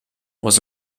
was